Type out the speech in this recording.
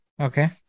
Okay